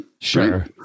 Sure